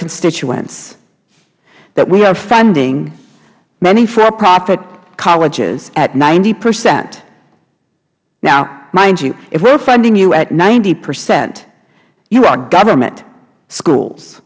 constituents that we are funding many for profit colleges at ninety percent now mind you if we are funding you at ninety percent you are government schools